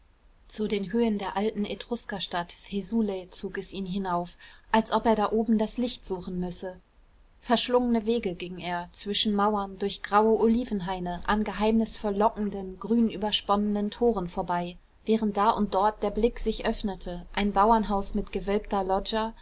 zu den höhen der alten etruskerstadt faesulae zog es ihn hinauf als ob er da oben das licht suchen müsse verschlungene wege ging er zwischen mauern durch graue olivenhaine an geheimnisvoll lockenden grün übersponnenen toren vorüber während da und dort der blick sich öffnete ein bauernhaus mit gewölbter loggia